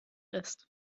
ist